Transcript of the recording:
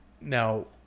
Now